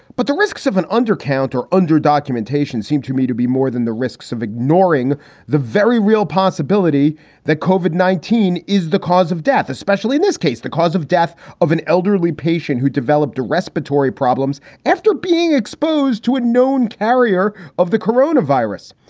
but the risks of an undercount are under documentation seem to me to be more than the risks of ignoring the very real possibility that covered nineteen is the cause of death, especially in this case the cause of death of an elderly patient who developed respiratory problems after being exposed to a known carrier of the corona virus.